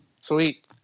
Sweet